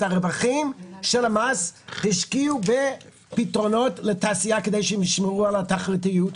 את הרווחים של המס השקיעו בפתרונות לתעשייה כדי שהם ישמרו על התחרותיות,